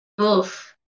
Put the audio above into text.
Oof